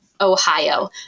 ohio